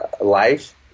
life